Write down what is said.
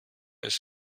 ist